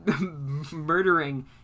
murdering